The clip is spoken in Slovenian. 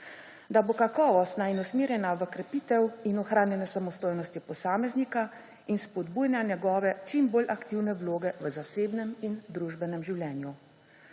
Da bo kakovost usmerjena v krepitev in ohranjanje samostojnosti posameznika in spodbujanja njegove čim bolj aktivne vloge v zasebnem in družbenem življenju.